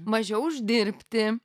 mažiau uždirbti